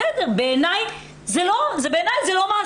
בסדר למרות שבעיניי זה לא מעשה.